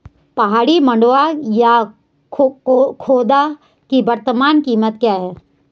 पहाड़ी मंडुवा या खोदा की वर्तमान कीमत क्या है?